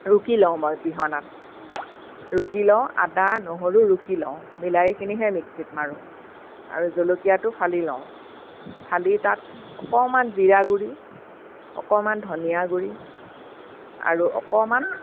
ৰুকি লওঁ মই পিহনাত ৰুকি লওঁ আদা নহৰু ৰুকি লওঁ বিলাহীখিনিহে মিক্সিত মাৰোঁ আৰু জলকীয়াটো ফালি লওঁ ফালি তাত অকণমান জিৰাগুড়ি অকণমান ধনিয়াগুড়ি আৰু অকণমান